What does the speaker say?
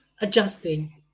adjusting